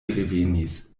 revenis